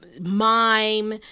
mime